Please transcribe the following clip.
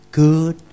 good